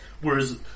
Whereas